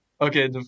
Okay